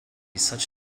such